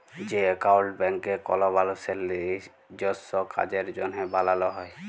যে একাউল্ট ব্যাংকে কল মালুসের লিজস্য কাজের জ্যনহে বালাল হ্যয়